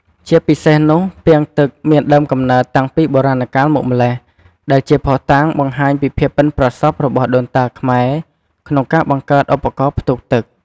ជាពិសេសនោះ ពាងទឹក មានដើមកំណើតតាំងពីបុរាណកាលមកម្ល៉េះ ដែលជាភស្តុតាងបង្ហាញពីភាពប៉ិនប្រសប់របស់ដូនតាខ្មែរក្នុងការបង្កើតឧបករណ៍ផ្ទុកទឹក។